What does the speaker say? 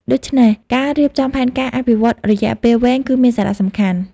ដូច្នេះ ការរៀបចំផែនការអភិវឌ្ឍន៍រយៈពេលវែងគឺមានសារៈសំខាន់។